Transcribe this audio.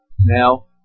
now